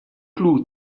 clous